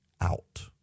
out